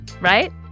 right